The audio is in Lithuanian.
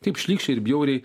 taip šlykščiai ir bjauriai